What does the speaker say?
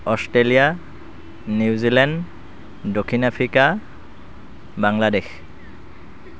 Australia New Zealand দক্ষিণ Africa Bangladesh